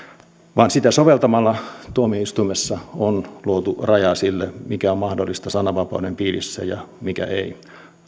vaan sitä soveltamalla tuomioistuimessa on luotu rajaa sille mikä on mahdollista sananvapauden piirissä ja mikä ei